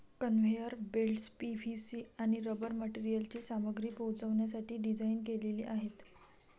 conveyor belts PVC आणि rubber मटेरियलची सामग्री पोहोचवण्यासाठी डिझाइन केलेले आहेत